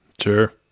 Sure